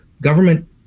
government